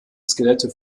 skelette